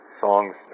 songs